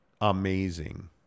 Amazing